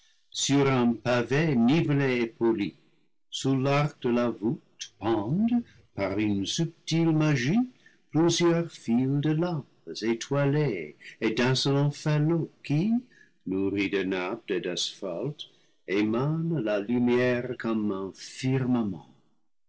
et poli sous l'arc de la voûte pendent par une subtile magie plusieurs files de lampes étoilées et d'étincelants falots qui nourris de naphte et d'asphalte émanent la lumière comme un firmament